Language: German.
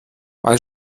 mein